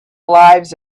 lives